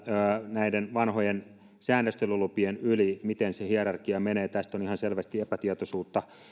näiden vanhojen säännöstelylupien yli miten se hierarkia menee tästä on ihan selvästi epätietoisuutta